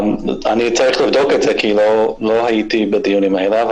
אני צריך לבדוק את זה כי לא הייתי בדיונים האלה,